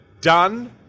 done